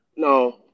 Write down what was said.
No